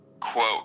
quote